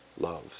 loves